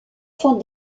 font